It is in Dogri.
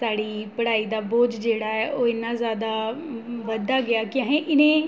साढ़ी पढ़ाई दा बोझ जेह्ड़ा ऐ ओह् इन्ना जैदा बधदा गेआ के असें इ'नें